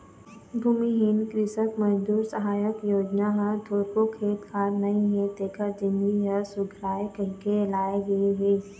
भूमिहीन कृसक मजदूर सहायता योजना ह थोरको खेत खार नइ हे तेखर जिनगी ह सुधरय कहिके लाए गे हे